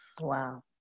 Wow